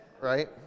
right